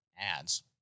ads